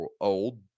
old